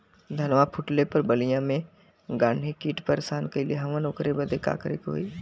धनवा फूटले पर बलिया में गान्ही कीट परेशान कइले हवन ओकरे बदे का करे होई?